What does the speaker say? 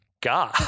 god